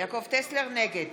נגד